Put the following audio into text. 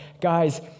guys